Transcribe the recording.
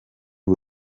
y’u